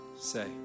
say